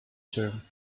term